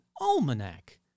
Almanac